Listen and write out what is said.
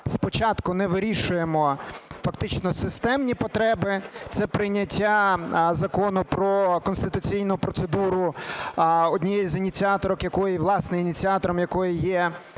спочатку не вирішуємо фактично системні потреби – це прийняття Закону "Про конституційну процедуру", однією з ініціаторок якого, власне, ініціатором якого є